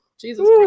Jesus